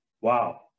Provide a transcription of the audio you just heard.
Wow